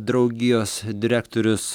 draugijos direktorius